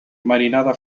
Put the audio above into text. marinada